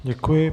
Děkuji.